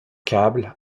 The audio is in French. câble